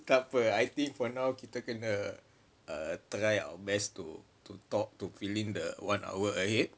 tak apa I think for now kita kena err try our best to talk to fill in the one hour ahead